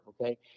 okay